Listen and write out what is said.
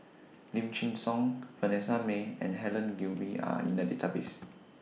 Lim Chin Siong Vanessa Mae and Helen Gilbey Are in The Database